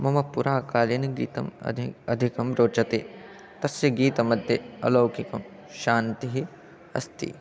मम पुराकालीनगीतम् अधिकं अधिकं रोचते तस्य गीतमध्ये अलौकिकं शान्तिः अस्ति